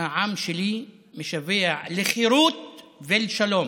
והעם שלי משווע לחירות ולשלום.